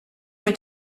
mit